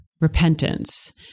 repentance